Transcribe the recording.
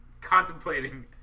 contemplating